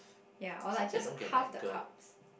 ya or like just half the carbs